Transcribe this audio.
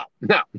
no